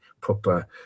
proper